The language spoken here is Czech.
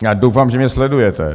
Já doufám, že mě sledujete.